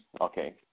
Okay